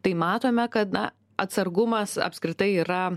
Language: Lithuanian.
tai matome kad na atsargumas apskritai yra